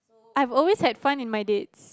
I've always have fun in my dates